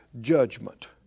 judgment